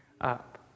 up